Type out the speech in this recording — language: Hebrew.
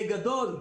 בגדול,